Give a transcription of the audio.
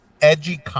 edgy